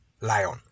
lion